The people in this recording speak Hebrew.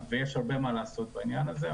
ויש הרבה מה לעשות בעניין הזה,